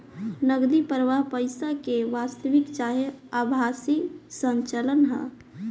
नगदी प्रवाह पईसा के वास्तविक चाहे आभासी संचलन ह